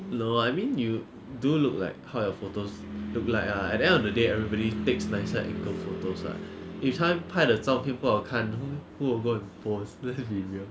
no I mean you do look like how your photos look like ah at end of the day everybody takes nicer actual photos [what] if 他拍的照片不好看 who who will go and post let's be real